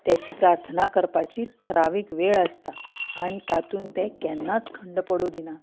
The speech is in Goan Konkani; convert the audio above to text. त्याची प्रार्थना करपाची थारावीक वेळ आसता आनी तातूंत तें केन्नाच खंड पडूंक दिना